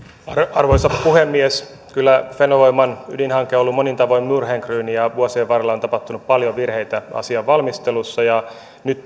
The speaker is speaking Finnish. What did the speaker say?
arvoisa puhemies kyllä fennovoiman ydinhanke on ollut monin tavoin murheenkryyni ja vuosien varrella on tapahtunut paljon virheitä asian valmistelussa nyt